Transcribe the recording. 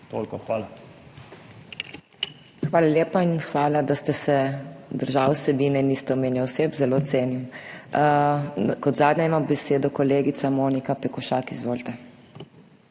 MEIRA HOT: Hvala lepa in hvala, da ste se držali vsebine, niste omenjali oseb, kar zelo cenim. Kot zadnja ima besedo kolegica Monika Pekošak. Izvolite.